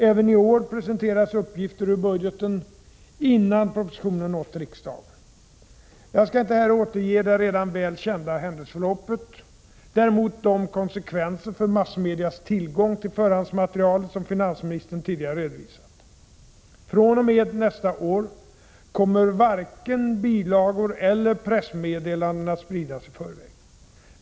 Även i år presenterades uppgifter ur budgeten innan propositionen nått riksdagen. Jag skall inte här återge det redan väl kända händelseförloppet, däremot de konsekvenser för massmedias tillgång till förhandsmaterial som finansministern tidigare redovisat. fr.o.m. nästa år kommer varken bilagor eller pressmeddelanden att spridas i förväg.